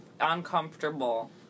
uncomfortable